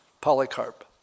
Polycarp